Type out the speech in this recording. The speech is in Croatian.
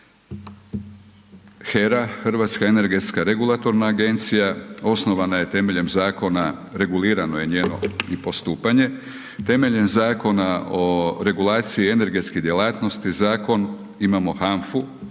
HERA, Hrvatska energetska regulatorna agencija, osnovana je temeljem zakona, regulirano je i njeno postupanje, temeljem Zakona o regulaciji i energetskih djelatnosti zakon, imamo HANF-u,